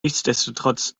nichtsdestotrotz